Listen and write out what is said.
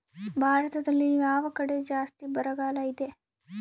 ಭಾರತದಲ್ಲಿ ಯಾವ ಕಡೆ ಜಾಸ್ತಿ ಬರಗಾಲ ಇದೆ?